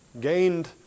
gained